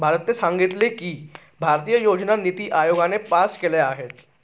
भारताने सांगितले की, भारतीय योजना निती आयोगाने पास केल्या आहेत